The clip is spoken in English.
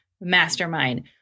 Mastermind